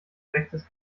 rechtes